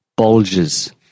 bulges